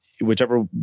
whichever